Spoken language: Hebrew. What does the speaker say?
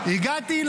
הגעת,